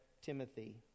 Timothy